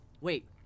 Wait